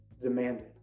demanded